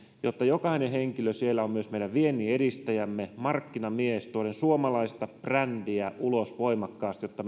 jotta jokainen henkilö siellä on myös meidän vienninedistäjämme markkinamies tuoden suomalaista brändiä ulos voimakkaasti jotta